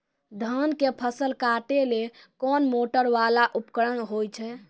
धान के फसल काटैले कोन मोटरवाला उपकरण होय छै?